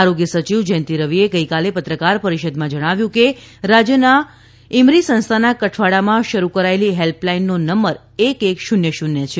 આરોગ્ય સચિવ જયંતિ રવિએ ગઇકાલે પત્રકાર પરિષદમાં જણાવ્યું હતું કે રાજ્યના ઇમરી સંસ્થાના કઠવાડામાં શરૂ કરાયેલી હેલ્પલાઇનનો નંબર એક એક શૂન્ય શૂન્ય છે